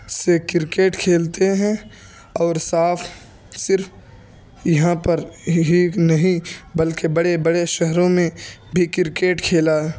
سے کرکٹ کھیلتے ہیں اور صاف صرف یہاں پر ہی نہیں بلکہ بڑے بڑے شہروں میں بھی کرکٹ کھیلا